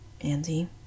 Andy